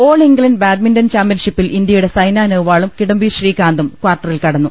all England badminton ചാമ്പ്യൻഷിപ്പിൽ ഇന്ത്യയുടെ സൈന നെഹ്വാളും കിഡംബി ശ്രീകാന്തും കാർട്ടറിൽ കടന്നു